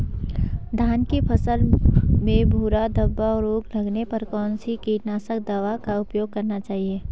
धान की फसल में भूरा धब्बा रोग लगने पर कौन सी कीटनाशक दवा का उपयोग करना चाहिए?